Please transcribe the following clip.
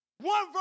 One